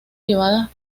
llevadas